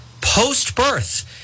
Post-birth